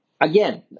again